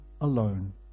alone